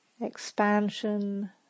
expansion